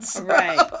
Right